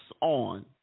on